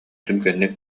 түргэнник